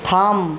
থাম